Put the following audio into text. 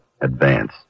advance